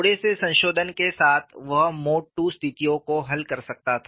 थोड़े से संशोधन के साथ वह मोड II स्थितियों को हल कर सकता था